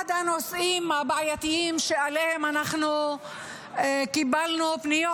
אחד הנושאים הבעייתיים שעליהם אנחנו קיבלנו פניות,